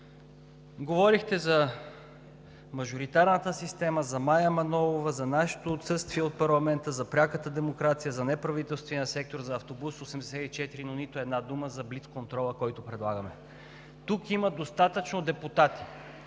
говорихте за мажоритарната система, за Мая Манолова, за нашето отсъствие от парламента, за пряката демокрация, за неправителствения сектор, за автобус № 84, но нито една дума за блицконтрола, който предлагаме. Тук има достатъчно депутати,